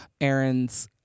Aaron's